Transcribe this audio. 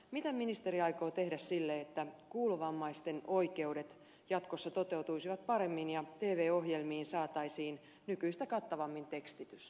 mitä ministeri aikoo tehdä sille että kuulovammaisten oikeudet jatkossa toteutuisivat paremmin ja tv ohjelmiin saataisiin nykyistä kattavammin tekstitys